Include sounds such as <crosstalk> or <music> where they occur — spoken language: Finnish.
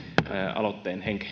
aloitteen henkeen <unintelligible>